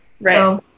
Right